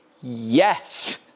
Yes